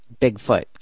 Bigfoot